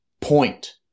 point